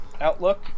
outlook